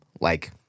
Like-